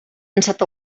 ansat